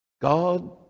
God